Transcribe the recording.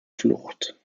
flucht